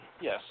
Yes